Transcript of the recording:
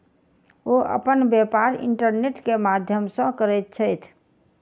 ओ अपन व्यापार इंटरनेट के माध्यम से करैत छथि